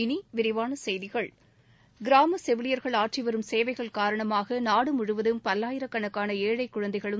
இனி விரிவான செய்திகள் கிராம செவிலியர்கள் ஆற்றி வரும் சேவைகள் காரணமாக நாடு முழுவதும் பல்லாயிரக்கணக்கான ஏழை குழந்தைகளும்